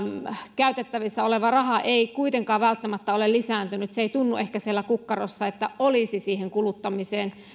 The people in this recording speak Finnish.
käytettävissä oleva raha ei kuitenkaan välttämättä ole lisääntynyt se ei tunnu ehkä siellä kukkarossa että olisi rahaa kuluttamiseen